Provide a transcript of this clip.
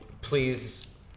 please